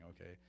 okay